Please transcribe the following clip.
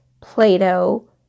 Play-Doh